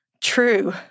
True